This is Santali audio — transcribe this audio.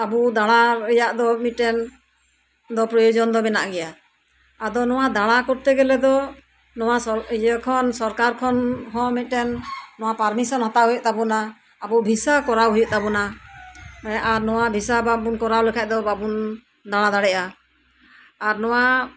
ᱟᱵᱚ ᱫᱟᱲᱟ ᱨᱮᱭᱟᱜ ᱫᱚ ᱢᱤᱫᱴᱮᱱ ᱫᱚ ᱯᱨᱳᱭᱚᱡᱚᱱ ᱫᱚ ᱢᱮᱱᱟᱜ ᱜᱮᱭᱟ ᱟᱫᱚ ᱱᱚᱣᱟ ᱫᱟᱲᱟ ᱠᱚᱨᱛᱮ ᱜᱮᱞᱮ ᱫᱚ ᱱᱚᱣᱟ ᱤᱭᱟᱹ ᱠᱷᱚᱱ ᱥᱚᱨᱠᱟᱨ ᱠᱷᱚᱱ ᱦᱚᱸ ᱢᱤᱫᱴᱮᱱ ᱯᱟᱹᱨᱢᱤᱥᱮᱱ ᱦᱟᱛᱟᱣ ᱦᱩᱭᱩᱜ ᱛᱟᱵᱚᱱᱟ ᱵᱷᱤᱥᱟ ᱠᱚᱨᱟᱣ ᱦᱩᱭᱩᱜ ᱛᱟᱵᱚᱱᱟ ᱟᱨ ᱱᱚᱣᱟ ᱵᱷᱤᱥᱟ ᱵᱟᱝᱵᱚᱱ ᱠᱚᱨᱟᱣ ᱞᱮᱠᱷᱟᱡ ᱫᱚ ᱵᱟᱵᱩᱱ ᱫᱟᱲᱟ ᱫᱟᱲᱮᱭᱟ ᱟᱨ ᱱᱚᱣᱟ